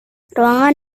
ruangan